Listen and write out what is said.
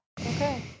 okay